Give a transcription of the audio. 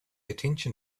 attention